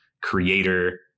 creator